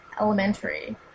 Elementary